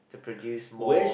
to produce more